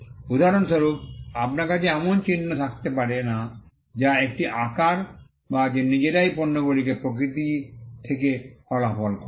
উদাহরণস্বরূপ আপনার কাছে এমন চিহ্ন থাকতে পারে না যা একটি আকার যা নিজেরাই পণ্যগুলির প্রকৃতি থেকে ফলাফল করে